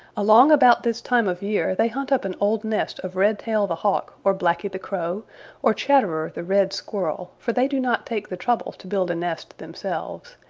along about this time of year they hunt up an old nest of redtail the hawk or blacky the crow or chatterer the red squirrel, for they do not take the trouble to build a nest themselves.